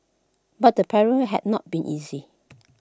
but the parent had not been easy